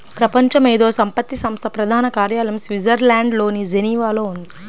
ప్రపంచ మేధో సంపత్తి సంస్థ ప్రధాన కార్యాలయం స్విట్జర్లాండ్లోని జెనీవాలో ఉంది